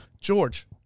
George